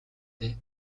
дээ